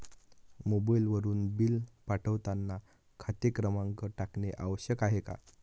मोबाईलवरून बिल पाठवताना खाते क्रमांक टाकणे आवश्यक आहे का?